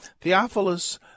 Theophilus